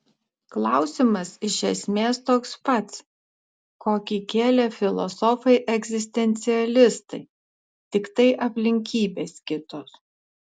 klausimas iš esmės toks pats kokį kėlė filosofai egzistencialistai tiktai aplinkybės kitos